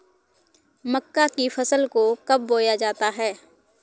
मक्का की फसल को कब बोया जाता है?